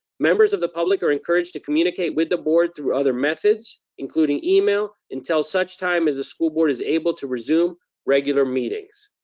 members of the public are encouraged to communicate with the board through other methods, including email, until such time as the school board is able to resume regular meetings.